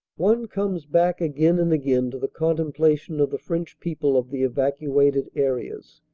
one comes back again and again to the contemplation of the french people of the evacuated areas.